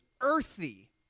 earthy